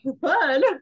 fun